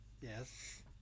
Yes